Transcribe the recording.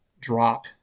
drop